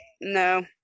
No